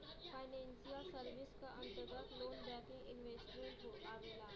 financial service क अंतर्गत loan banking investment आवेला